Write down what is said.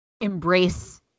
embrace